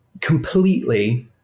completely